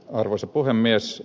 arvoisa puhemies